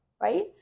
right